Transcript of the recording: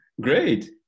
Great